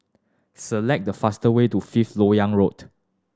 select the fastest way to Fifth Lok Yang Road